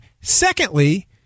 Secondly